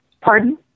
Pardon